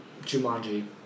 Jumanji